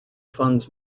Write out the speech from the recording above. funds